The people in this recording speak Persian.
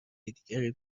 دیگری